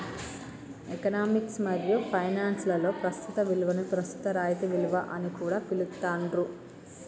economics మరియు ఫైనాన్స్ లలో ప్రస్తుత విలువని ప్రస్తుత రాయితీ విలువ అని కూడా పిలుత్తాండ్రు